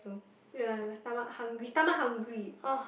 ya and my stomach hungry stomach hungry